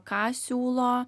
ką siūlo